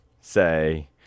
say